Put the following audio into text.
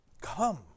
come